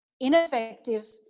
ineffective